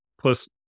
plus